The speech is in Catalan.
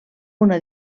una